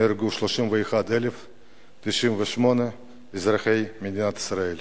נהרגו 31,098 אזרחי מדינת ישראל.